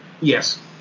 Yes